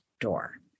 door